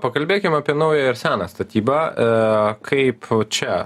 pakalbėkim apie naują ir seną statybą kaip čia